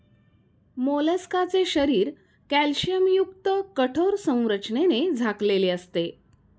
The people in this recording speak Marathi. मोलस्काचे शरीर कॅल्शियमयुक्त कठोर संरचनेने झाकलेले असते